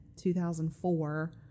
2004